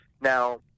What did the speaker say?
Now